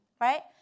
right